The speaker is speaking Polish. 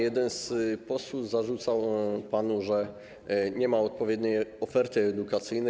Jeden z posłów zarzucał panu, że nie ma odpowiedniej oferty edukacyjnej.